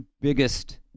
biggest